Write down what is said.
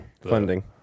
funding